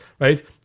right